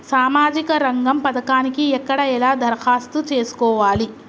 సామాజిక రంగం పథకానికి ఎక్కడ ఎలా దరఖాస్తు చేసుకోవాలి?